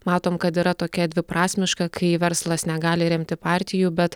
matom kad yra tokia dviprasmiška kai verslas negali remti partijų bet